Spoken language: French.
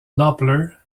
doppler